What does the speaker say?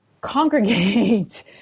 congregate